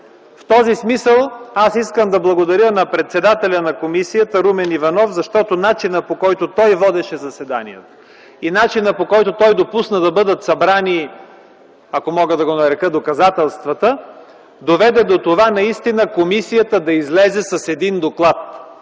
В този смисъл искам да благодаря на председателя на комисията Румен Иванов, защото начина по който той водеше заседанието и допусна да бъдат събрани, ако мога да го нарека, доказателствата, доведе до това – комисията да излезе с един доклад.